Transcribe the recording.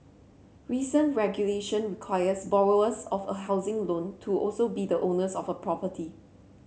recent regulation requires borrowers of a housing loan to also be the owners of a property